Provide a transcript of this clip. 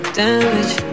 damage